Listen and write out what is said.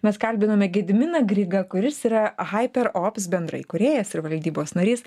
mes kalbiname gediminą grygą kuris yra hyperops bendraįkūrėjas ir valdybos narys